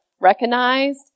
recognized